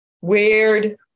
Weird